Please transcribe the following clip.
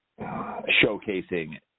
showcasing –